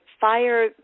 fire